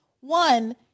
one